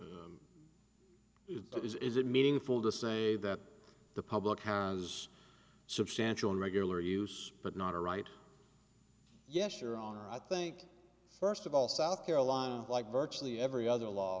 is it meaningful to say that the public has substantial regular use but not a right yes your honor i think first of all south carolina like virtually every other law